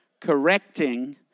correcting